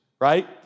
right